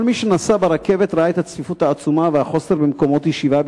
כל מי שנסע ברכבת ראה את הצפיפות העצומה והחוסר במקומות ישיבה,